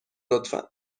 لطفا